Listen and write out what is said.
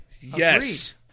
yes